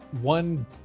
One